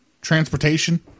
Transportation